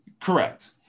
Correct